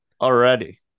already